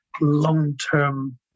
long-term